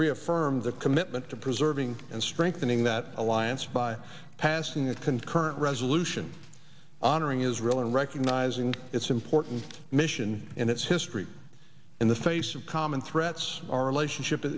reaffirmed their commitment to preserving and strengthening that alliance by passing a concurrent resolution honoring israel and recognizing its important mission and its history in the face of common threats our relationship